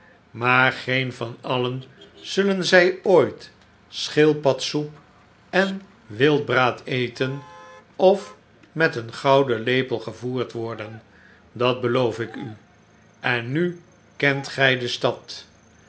maar geen van alien zullen zij ooit schildpadsoep en wildbraad eten of met een gouden lepel gevoerd worden dat beloof ik u en nu kent gij de stad